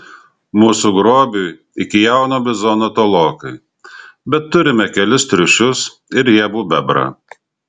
mūsų grobiui iki jauno bizono tolokai bet turime kelis triušius ir riebų bebrą